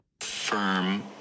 Firm